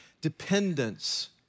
dependence